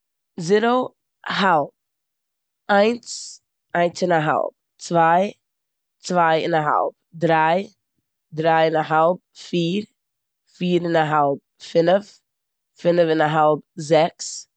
זערא, האלב, איינס, איינס און א האלב, צוויי, צוויי און א האלב, דריי, דריי און א האלב, פיר, פיר און א האלב, פינף, פינף און א האלב, זעקס.